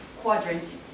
quadrant